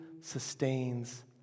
sustains